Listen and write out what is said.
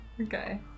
Okay